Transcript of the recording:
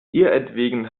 ihretwegen